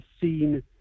seen